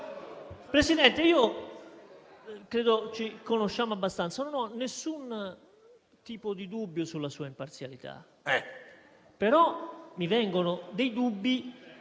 Presidente, credo che ci conosciamo abbastanza. Io non ho nessun tipo di dubbio sulla sua imparzialità, però mi vengono dubbi